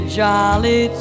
jolly